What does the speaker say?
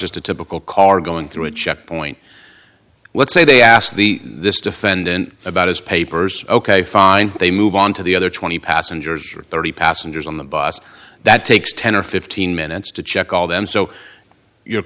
just a typical car going through a checkpoint let's say they asked the this defendant about his papers ok fine they move on to the other twenty passengers or thirty passengers on the bus that takes ten or fifteen minutes to check all them so your